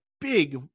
big